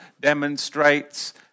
demonstrates